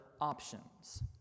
options